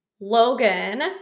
Logan